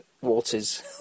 waters